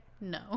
No